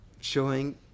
Showing